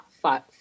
five